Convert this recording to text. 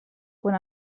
quan